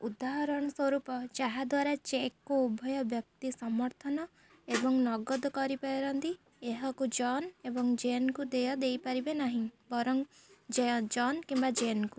ଉଦାହରଣ ସ୍ୱରୂପ ଯାହା ଦ୍ୱାରା ଚେକ୍କୁ ଉଭୟ ବ୍ୟକ୍ତି ସମର୍ଥନ ଏବଂ ନଗଦ କରିପାରନ୍ତି ଏହାକୁ ଜନ୍ ଏବଂ ଜେନ୍ଙ୍କୁ ଦେୟ ଦେଇପାରିବେ ନାହିଁ ବରଂ ଜେ ଜନ୍ କିମ୍ବା ଜେନ୍ଙ୍କୁ